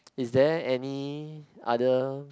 is there any other